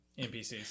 NPCs